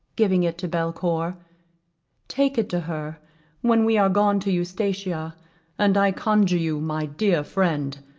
giving it to belcour take it to her when we are gone to eustatia and i conjure you, my dear friend,